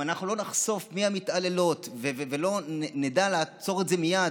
אם אנחנו לא נחשוף מי המתעללות ולא נדע לעצור את זה מייד,